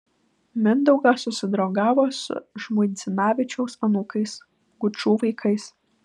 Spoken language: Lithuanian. mindaugas susidraugavo su žmuidzinavičiaus anūkais gučų vaikais